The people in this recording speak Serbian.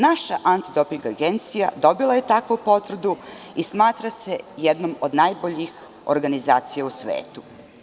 Naša Antidoping agencija dobila je takvu potvrdu i smatra se jednom od najboljih organizacija u svetu.